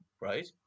right